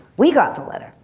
we got the letter.